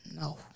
No